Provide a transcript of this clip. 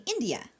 India